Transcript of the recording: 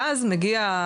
ואז מגיעה